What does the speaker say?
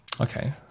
Okay